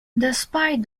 despite